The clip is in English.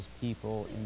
people